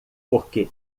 porque